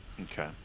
Okay